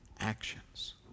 actions